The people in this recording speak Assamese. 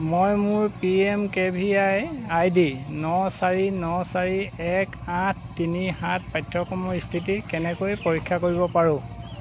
মই মোৰ P M K V I I D ন চাৰি ন চাৰি এক আঠ তিনি সাত পাঠ্যক্ৰমৰ স্থিতি কেনেকৈ পৰীক্ষা কৰিব পাৰোঁ